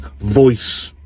voice